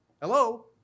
Hello